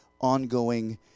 ongoing